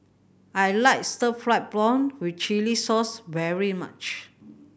I like stir fried prawn with chili sauce very much